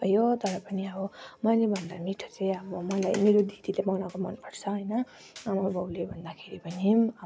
तर पनि अब मैले भन्दा मिठो चाहिँ अब मेरो दिदीले बनाएको मन पर्छ होइन आमा बाउले भन्दाखेरि पनि अब